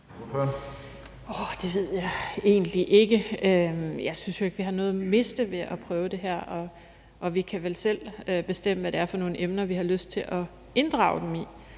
hvorfor.